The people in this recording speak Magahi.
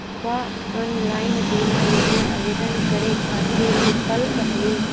का ऑनलाइन बीमा योजना आवेदन करै खातिर विक्लप हई?